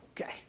okay